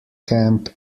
camp